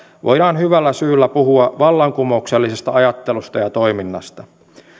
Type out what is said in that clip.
voidaan hyvällä syyllä puhua vallankumouksellisesta ajattelusta ja toiminnasta